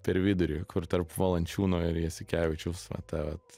per vidurį kur tarp valančiūno ir jasikevičiaus va ta vat